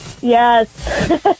Yes